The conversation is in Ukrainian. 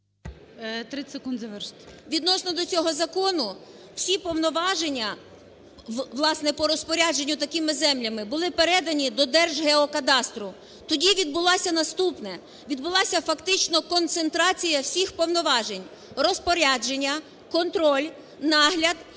30 секунд завершити. ЛУЦЕНКО І.С. Відносно до цього закону всі повноваження, власне, по розпорядженню такими землями були передані до Держгеокадастру. Тоді відбулося наступне: відбулася фактично концентрація всіх повноважень: розпорядження, контроль, нагляд